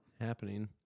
Happening